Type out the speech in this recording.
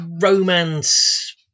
romance